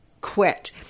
quit